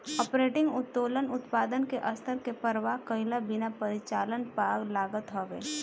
operating उत्तोलन उत्पादन के स्तर के परवाह कईला बिना परिचालन पअ लागत हवे